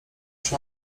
czy